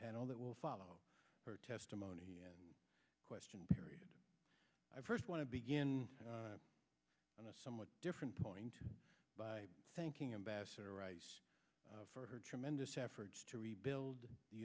panel that will follow her testimony the question period i first want to begin on a somewhat different point by thanking abass for her tremendous efforts to rebuild the